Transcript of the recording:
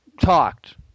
talked